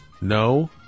No